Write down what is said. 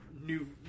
new